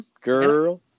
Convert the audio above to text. Girl